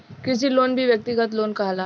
कृषि लोन भी व्यक्तिगत लोन कहाला